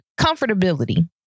comfortability